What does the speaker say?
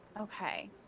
Okay